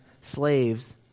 slaves